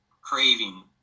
craving